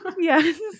yes